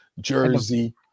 Jersey